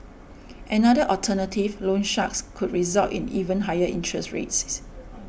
another alternative loan sharks could result in even higher interest rates